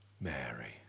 Mary